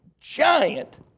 giant